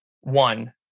one